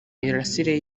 mirasire